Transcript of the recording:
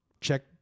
check